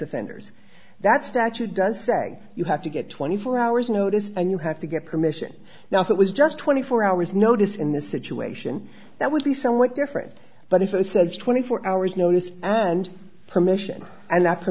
offenders that statute does say you have to get twenty four hours notice and you have to get permission now if it was just twenty four hours notice in this situation that would be somewhat different but if it says twenty four hours notice and permission and that